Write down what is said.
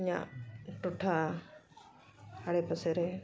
ᱤᱧᱟᱹᱜ ᱴᱚᱴᱷᱟ ᱟᱲᱮ ᱯᱟᱥᱮ ᱨᱮ